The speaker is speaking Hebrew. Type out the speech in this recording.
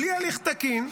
בלי הליך תקין.